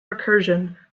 recursion